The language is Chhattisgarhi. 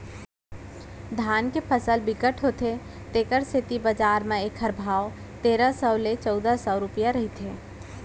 धान के फसल बिकट होथे तेखर सेती बजार म एखर भाव तेरा सव ले चउदा सव रूपिया रहिथे